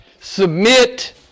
submit